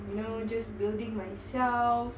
you know just building myself